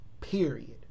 period